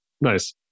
Nice